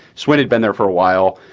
sweat had been there for a while,